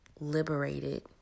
liberated